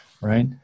right